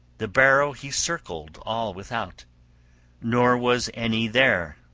the barrow he circled all without nor was any there,